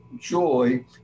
joy